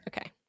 Okay